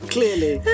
Clearly